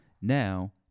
Now